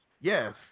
yes